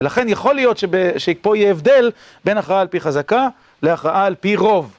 לכן יכול להיות שפה יהיה הבדל- בין הכרעה על פי חזקה, להכרעה על פי רוב.